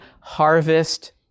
harvest